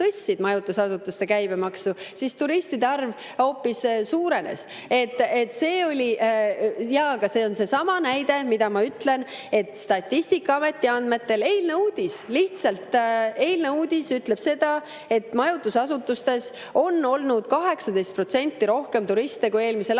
tõstsid majutusasutuste käibemaksu, siis turistide arv hoopis suurenes. See on seesama näide, mida ma ütlen: Statistikaameti andmetel [põhinev] eilne uudis ütleb seda, et majutusasutustes on olnud 18% rohkem turiste kui eelmisel aastal